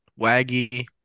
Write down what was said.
Waggy